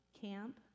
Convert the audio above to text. Camp